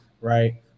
right